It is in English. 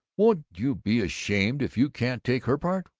won't you be ashamed if you can't take her part?